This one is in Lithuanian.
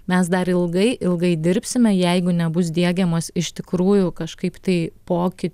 mes dar ilgai ilgai dirbsime jeigu nebus diegiamas iš tikrųjų kažkaip tai poky